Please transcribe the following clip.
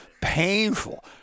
painful